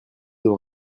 doit